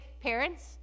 parents